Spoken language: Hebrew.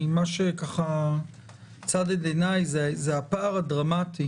מה שצד את עיניי זה הפער הדרמטי